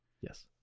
Yes